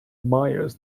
myers